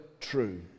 true